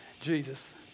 Jesus